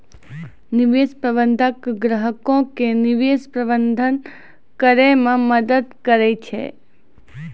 निवेश प्रबंधक ग्राहको के निवेश प्रबंधन करै मे मदद करै छै